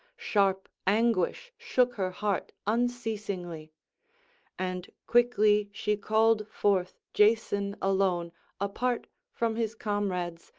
sharp anguish shook her heart unceasingly and quickly she called forth jason alone apart from his comrades,